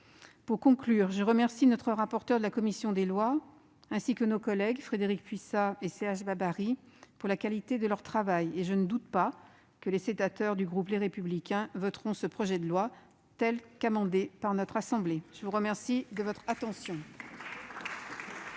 Pour conclure, je remercie notre rapporteur de la commission des lois, ainsi que nos collègues Frédérique Puissat et Serge Babary, de la qualité de leur travail. Je ne doute pas que les sénateurs du groupe Les Républicains voteront ce projet de loi, tel qu'il sera amendé par notre assemblée. La parole est à Mme Mélanie